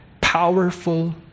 powerful